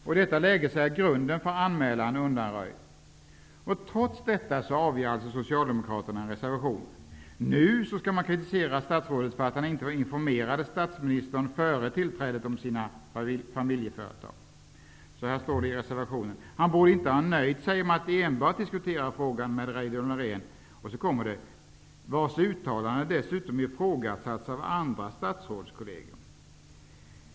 I detta läge är grunden för anmälan undanröjd. Trots detta avger socialdemokraterna en reservation. Nu skall man kritisera statsrådet för att han inte före tillträdet informerade statsministern om sina familjeföretag. Så här står det i reservationen: ''Han borde inte ha nöjt sig med att enbart diskutera frågan'' med Reidunn Laurén ''vars uttalanden dessutom ifrågasatts av andra statsrådskolleger''.